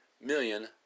million